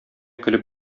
көлеп